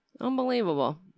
Unbelievable